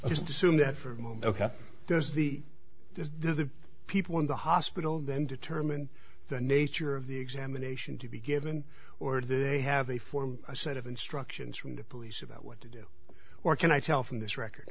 just assume that for a moment does the people in the hospital then determine the nature of the examination to be given or to have a form a set of instructions from the police about what to do or can i tell from this record